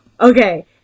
okay